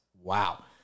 Wow